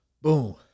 boom